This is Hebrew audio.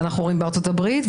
אנחנו רואים בארצות הברית,